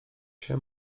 się